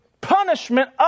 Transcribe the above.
punishment